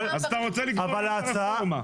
אז אתה רוצה לקבוע ככה רפורמה?